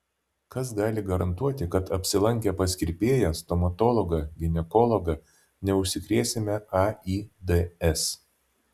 kas gali garantuoti kad apsilankę pas kirpėją stomatologą ginekologą neužsikrėsime aids